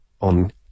on